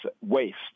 waste